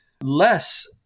less